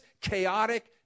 chaotic